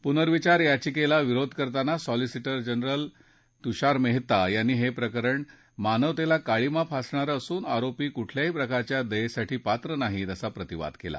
पुनर्विचार याचिकेला विरोध करताना सॉलिसिटर जनरल तुषार मेहता यांनी हे प्रकरण मानवतेला काळीमा फासणारं असून आरोपी कुठल्याही प्रकारच्या दयेसाठी पात्र नाहीत असा प्रतिवाद केला